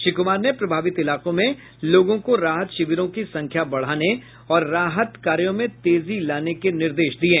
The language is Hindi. श्री कुमार ने प्रभावित इलाकों में लोगों को राहत शिविरों की संख्या बढ़ाने और राहत कार्यों में तेजी लाने के निर्देश दिये